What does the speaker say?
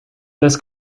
this